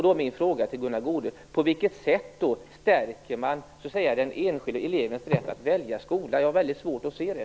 Då är min fråga till Gunnar Goude: På vilket sätt stärker man då den enskilda elevens rätt att välja skola? Jag har väldigt svårt att se det.